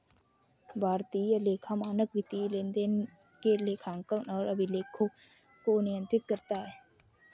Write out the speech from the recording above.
भारतीय लेखा मानक वित्तीय लेनदेन के लेखांकन और अभिलेखों को नियंत्रित करता है